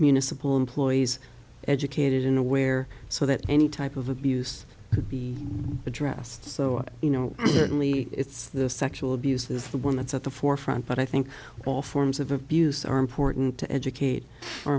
municipal employees educated in aware so that any type of abuse could be addressed so you know only it's the sexual abuse is the one that's at the forefront but i think all forms of abuse are important to educate our